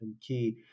key